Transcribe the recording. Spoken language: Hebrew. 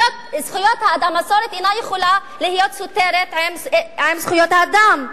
מסורת אינה יכולה להיות בסתירה עם זכויות האדם.